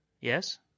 Yes